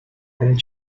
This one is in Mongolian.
харин